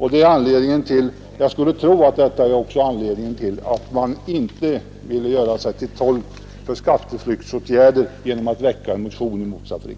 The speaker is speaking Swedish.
inom en näring. Jag skulle tro att detta också är anledningen till att man inte ville väcka en motion i motsatt syfte — då skulle man framstå som förespråkare för skatteflyktsåtgärder.